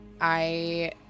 I-